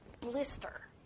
blister